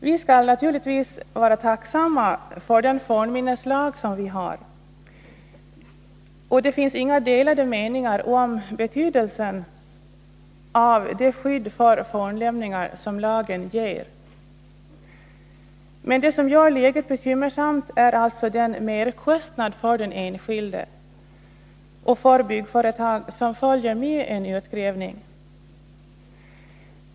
Vi skall naturligtvis vara tacksamma för den fornminneslag som vi har, och det finns inga delade meningar om betydelsen av det skydd för fornlämningar som lagen ger. Men det som gör läget bekymmersamt är alltså den merkostnad för den enskilde och för byggföretag som följer med en utgrävning.